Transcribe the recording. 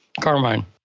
Carmine